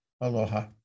Aloha